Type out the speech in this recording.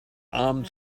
armed